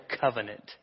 covenant